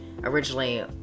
originally